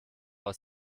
aus